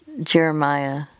Jeremiah